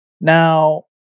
Now